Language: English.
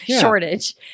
shortage